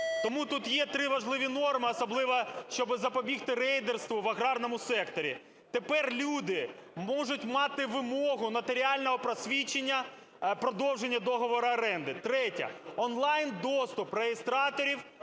Тому тут є три важливі норми, особливо щоб запобігти рейдерству в аграрному секторі. Тепер люди можуть мати вимогу нотаріального посвідчення продовження договору оренди. Третє: онлайн доступ реєстраторів